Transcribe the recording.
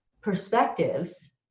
perspectives